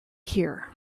here